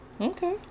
Okay